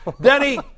Denny